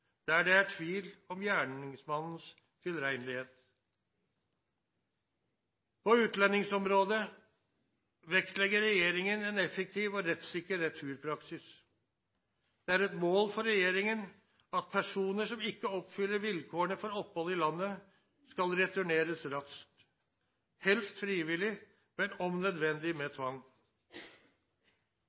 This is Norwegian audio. der det er tvil om gjerningsmannens tilregnelighet. På utlendingsområdet vektlegger regjeringen en effektiv og rettssikker returpraksis. Det er et mål for regjeringen at personer som ikke oppfyller vilkårene for opphold i landet, skal returneres raskt, helst frivillig, men om nødvendig med tvang.